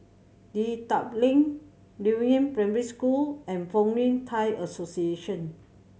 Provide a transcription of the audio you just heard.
Dedap Link Primary School and Fong Yun Thai Association